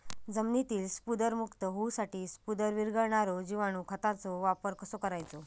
जमिनीतील स्फुदरमुक्त होऊसाठीक स्फुदर वीरघळनारो जिवाणू खताचो वापर कसो करायचो?